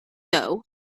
dough